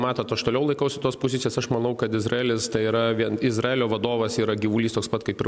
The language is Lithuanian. matot aš toliau laikausi tos pozicijos aš manau kad izraelis tai yra vien izraelio vadovas yra gyvulys toks pat kaip ir